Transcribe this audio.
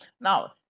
Now